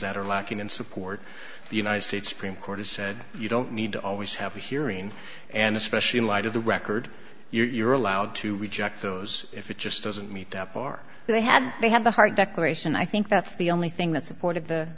that are lacking in support the united states supreme court has said you don't need to always have a hearing and especially in light of the record you're allowed to reject those if it just doesn't meet up or they had they had the hard declaration i think that's the only thing that supported the